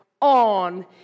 on